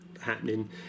happening